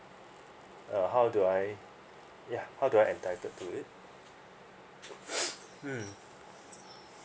uh how do I yeah how do I entitled to it mm